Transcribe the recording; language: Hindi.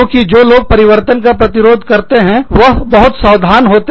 क्योंकि जो लोग परिवर्तन का प्रतिरोध करते हैं वह बहुत सावधान होते हैं